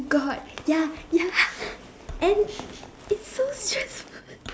got ya ya and it's so stressful